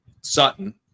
Sutton